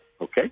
okay